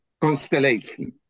constellation